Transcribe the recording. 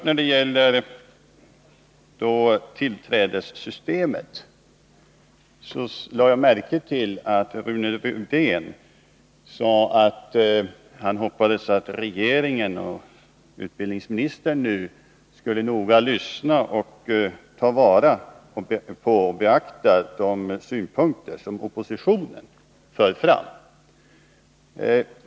När det gäller tillträdessystemet lade jag märke till att Rune Rydén sade att han hoppades att regeringen och utbildningsministern skulle noga lyssna, ta vara på och beakta de synpunkter som oppositionen förde fram.